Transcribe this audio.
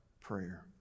prayer